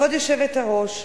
כבוד היושבת-ראש,